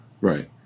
Right